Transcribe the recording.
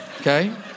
okay